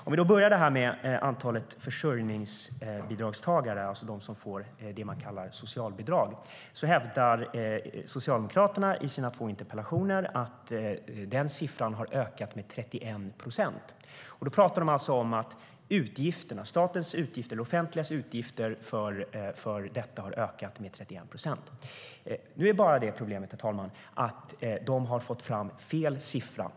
Jag ska börja med antalet försörjningsstödstagare, alltså de som får det man kallar socialbidrag. Socialdemokraterna hävdar i sina två interpellationer att den siffran har ökat med 31 procent. Då talar de alltså om att statens och det offentligas utgifter för detta har ökat med 31 procent. Problemet är bara, herr talman, att de har fått fram fel siffra.